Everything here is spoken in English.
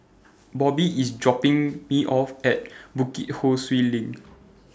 Bobbie IS dropping Me off At Bukit Ho Swee LINK